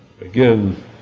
Again